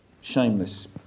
Shameless